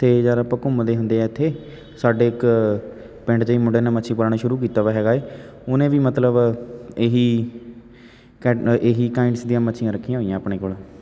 ਅਤੇ ਜਦ ਆਪਾਂ ਘੁੰਮਦੇ ਹੁੰਦੇ ਹਾਂ ਇੱਥੇ ਸਾਡੇ ਇੱਕ ਪਿੰਡ 'ਚ ਹੀ ਮੁੰਡੇ ਨੇ ਮੱਛੀ ਪਾਲਣ ਸ਼ੁਰੂ ਕੀਤਾ ਵਾ ਹੈਗਾ ਹੈ ਉਹਨੇ ਵੀ ਮਤਲਬ ਇਹੀ ਕੈਡ ਇਹੀ ਕੈਂਡਸ ਦੀਆਂ ਮੱਛੀਆਂ ਰੱਖੀਆਂ ਹੋਈਆਂ ਆਪਣੇ ਕੋਲ